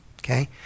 Okay